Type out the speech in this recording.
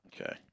Okay